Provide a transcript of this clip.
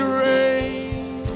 rain